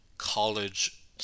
college